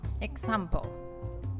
example